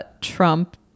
Trump